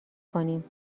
کنیم